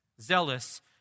zealous